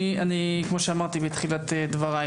כמו שאמרתי בתחילת דבריי,